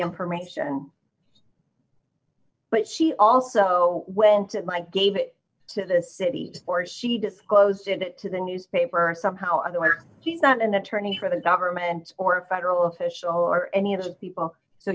information but she also when said mike gave it to the city or she disclosed it to the newspaper or somehow otherwise he's not an attorney for the government or a federal official or any of the people so